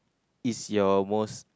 is your most